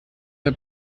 der